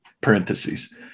parentheses